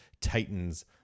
Titans